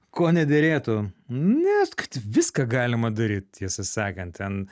ko nederėtų ne kad viską galima daryt tiesą sakant ten